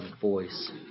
voice